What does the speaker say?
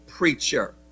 preacher